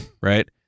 right